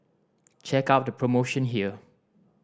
check out the promotion here